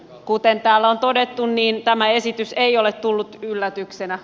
kuten täällä on todettu tämä esitys ei ole tullut yllätyksenä